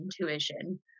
intuition